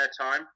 airtime